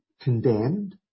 condemned